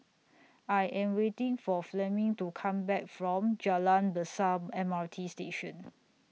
I Am waiting For Fleming to Come Back from Jalan Besar M R T Station